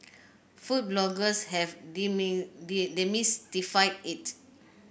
food bloggers have demystified it